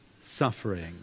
suffering